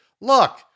look